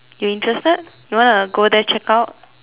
you interested you wanna go there check out